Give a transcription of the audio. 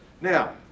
Now